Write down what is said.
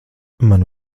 man